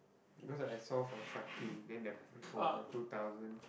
because I saw for Shakti then for the two thousand